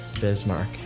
Bismarck